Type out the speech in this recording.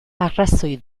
arrazoi